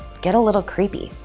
get a little creepy.